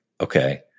okay